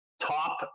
Top